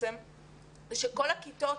כל הכיתות